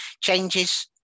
changes